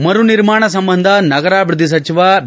ಮರು ನಿರ್ಮಾಣ ಸಂಬಂಧ ನಗರಾಭಿವೃದ್ದಿ ಸಚಿವ ಬಿ